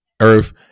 Earth